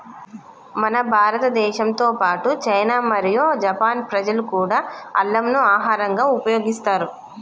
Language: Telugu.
మన భారతదేశంతో పాటు చైనా మరియు జపాన్ ప్రజలు కూడా అల్లంను ఆహరంగా ఉపయోగిస్తారు